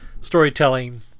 storytelling